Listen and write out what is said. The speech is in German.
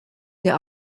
der